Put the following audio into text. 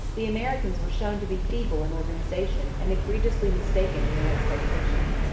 the americans were shown to be feeble in organization and egregiously mistaken in their expectations.